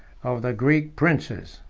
of the greek princes.